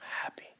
happy